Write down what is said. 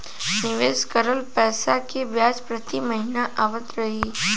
निवेश करल पैसा के ब्याज प्रति महीना आवत रही?